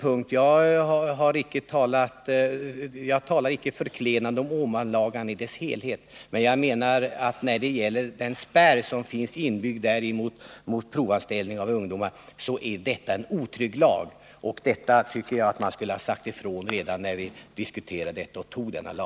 Jag talar icke förklenande om Åmanlagarna som helhet. Men jag menar att den spärr som finns inbyggd i Åmanlagarna mot provanställning av ungdomar gör dessa lagar till otrygghetslagar. Det tycker jag att man skulle ha förutsett redan när vi diskuterade förslaget och antog lagarna.